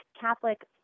Catholic